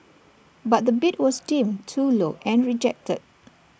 but the bid was deemed too low and rejected